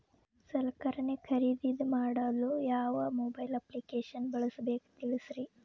ಸಲಕರಣೆ ಖರದಿದ ಮಾಡಲು ಯಾವ ಮೊಬೈಲ್ ಅಪ್ಲಿಕೇಶನ್ ಬಳಸಬೇಕ ತಿಲ್ಸರಿ?